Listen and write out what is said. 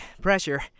Pressure